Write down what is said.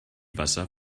wasser